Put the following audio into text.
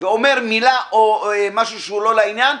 ואומר מילה או משהו שהוא לא לעניין,